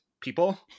people